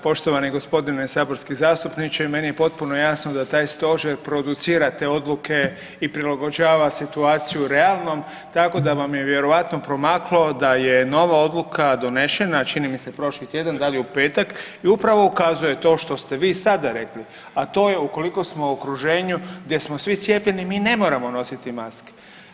Poštovani g. saborski zastupniče, meni je potpuno jasno da taj stožer producira te odluke i prilagođava situaciju realnom, tako da vam je vjerovatno promaklo da je nova odluka donešena, čini mi se prošli tjedan da li u petak i upravo ukazuje to što ste vi sada rekli, a to je ukoliko smo u okruženju gdje smo svi cijepljeni mi ne moramo nositi maske.